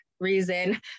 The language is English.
Reason